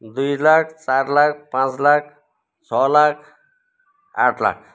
दुई लाख चार लाख पाँच लाख छ लाख आठ लाख